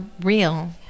real